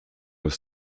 was